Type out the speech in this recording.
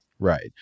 Right